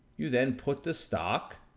you then put the stock,